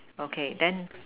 okay then